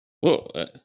Whoa